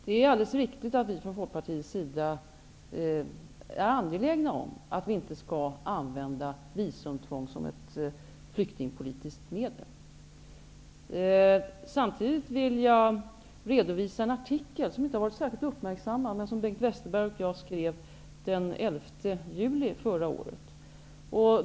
Det är alldeles riktigt att vi i Folkpartiet är angelägna om att vi inte skall använda visumtvång som ett flyktingpolitiskt medel. Samtidigt vill jag redovisa en artikel som inte har varit särskilt uppmärksammad, men som Bengt Westerberg och jag skrev den 11 juli förra året.